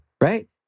Right